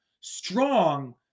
strong